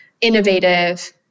innovative